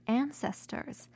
ancestors